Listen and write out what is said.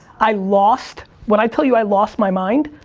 i lost, when i tell you i lost my mind,